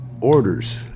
orders